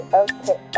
okay